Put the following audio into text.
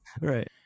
Right